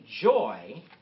joy